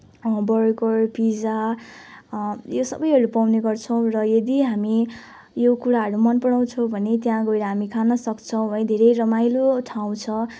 burger pizza यो सबैहरू पाउने गर्छौँ र यदि हामी यो कुराहरू मनपराउँछौँ भने त्यहाँ गएर हामी खान सक्छौँ है धेरै रमाइलो ठाउँ छ